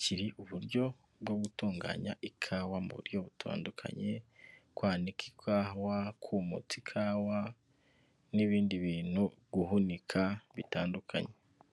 kiriho uburyo bwo gutunganya ikawa mu buryo butandukanye, kwanika ikawa, ku mutsa ikawa, n'ibindi bintu guhunika bitandukanye.